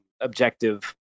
objective